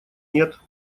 нет